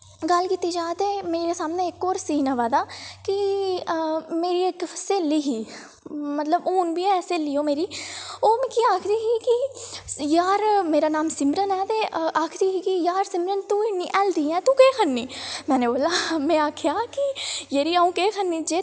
गल्ल कीती जा ते मेरे सामनै इक होर सीन आवा दा कि मेरी इक स्हेली ही मतलब हून बी ऐ स्हेली ओह् मेरी ओह् मिगी आखदी ही कि यार मेरा नाम सिमरन ऐ ते यार मिगी आखदी ही कि यार सिमरन तू इन्नी हेल्दी ऐं तूं केह् खन्नी मैनें बोला में आखेआ कि यरी अ'ऊं केह् खन्नी जे तूं